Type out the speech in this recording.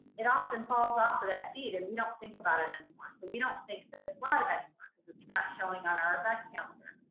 it often falls off of that feed and you don't think about it anymore. so we don't think that it's live anymore and cause it's not showing on our event calendar,